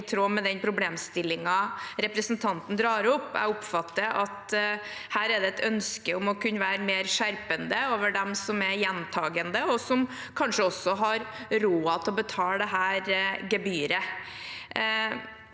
i tråd med den problemstillingen representanten drar opp. Jeg oppfatter at det her er et ønske om å kunne være mer skjerpende overfor dem som er gjentakende, og som kanskje også har råd til å betale dette gebyret.